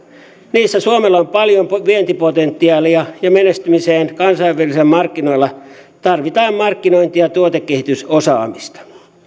niissä suomella on paljon vientipotentiaalia ja menestymiseen kansainvälisillä markkinoilla tarvitaan markkinointi ja ja tuotekehitysosaamista